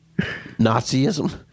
Nazism